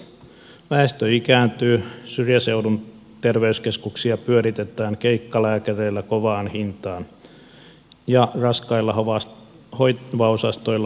väestö ikääntyy syrjäseudun terveyskeskuksia pyöritetään keikkalääkäreillä kovaan hintaan ja raskailla hoivaosastoilla henkilökunta uupuu